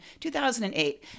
2008